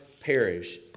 perish